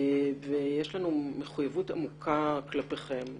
יש לנו מחויבות עמוקה כלפיכם.